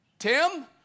Tim